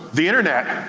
the internet,